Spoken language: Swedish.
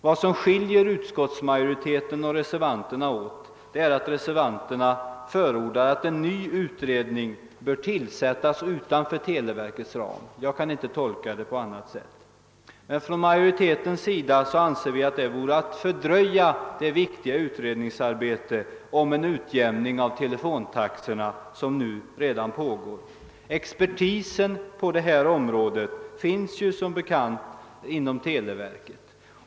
Vad som skiljer utskottsmajoriteten och reservanterna åt är att reservanterna förordar att en ny utredning tillsätts utanför televerkets ram — jag tolkar reservationen på det sättet. Vi inom majoriteten anser att detta vore att fördröja det viktiga utredningsarbetet om en utjämning av telefontaxorna som redan pågår. Expertisen på området finns som bekant inom televerket.